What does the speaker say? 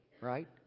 right